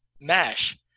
MASH